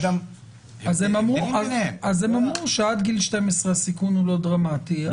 אז הם אמרו שעד גיל 12 הסיכון הוא לא דרמטי.